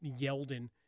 Yeldon